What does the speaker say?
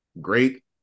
great